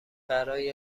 برای